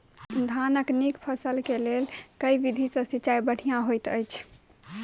धानक नीक फसल केँ लेल केँ विधि सँ सिंचाई बढ़िया होइत अछि?